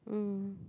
mm